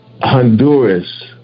Honduras